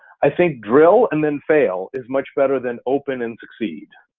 i think drill and then fail is much better than open and succeed.